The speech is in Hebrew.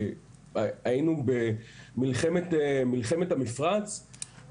היינו במלחמת לבנון השנייה